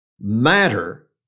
matter